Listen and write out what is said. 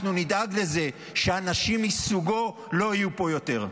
אנחנו נדאג לזה שאנשים מסוגו לא יהיו פה יותר.